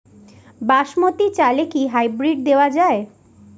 বাসমতী চালে কি হাইব্রিড দেওয়া য়ায়?